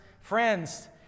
friends